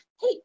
hey